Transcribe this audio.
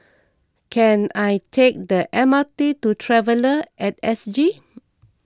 can I take the MRT to Traveller at S G